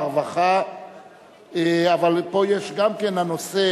הרווחה והבריאות נתקבלה.